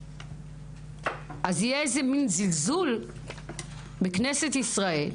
אז יהיה איזה מין זלזול בכנסת ישראל,